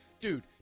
dude